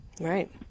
right